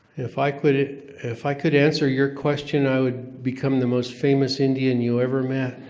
if i could if i could answer your question, i would become the most famous indian you ever met